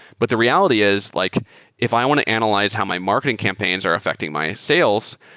but the reality is like if i want to analyze how my marketing campaigns are affecting my sales,